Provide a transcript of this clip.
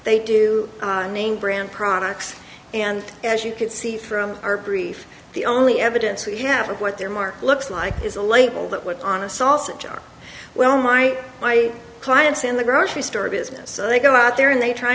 they do name brand products and as you can see from our brief the only evidence we have of what their mark looks like is a label that would on a sausage are well my my clients in the grocery store business they go out there and they try